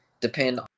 depend